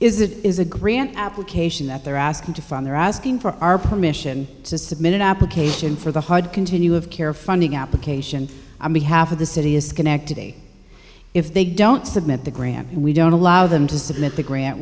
is it is a grant application that they're asked and from there asking for our permission to submit an application for the hard continue of care funding application i'm behalf of the city of schenectady if they don't submit the grant and we don't allow them to submit the grant